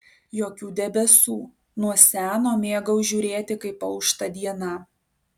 jokių debesų nuo seno mėgau žiūrėti kaip aušta diena